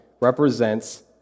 represents